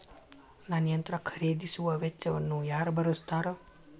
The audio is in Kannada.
ನನ್ನ ಯಂತ್ರ ಖರೇದಿಸುವ ವೆಚ್ಚವನ್ನು ಯಾರ ಭರ್ಸತಾರ್?